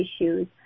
issues